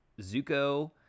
Zuko